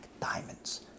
diamonds